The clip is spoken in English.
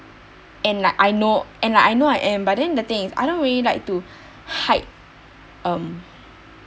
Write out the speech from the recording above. and like I know and like I know I am but then the thing I don't really like to hide um